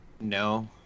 No